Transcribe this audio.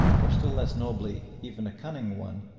or still less nobly, even a cunning one,